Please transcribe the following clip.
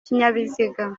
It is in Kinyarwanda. ikinyabiziga